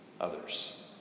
others